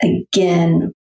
again